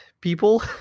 people